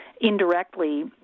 indirectly